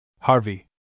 Harvey